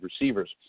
receivers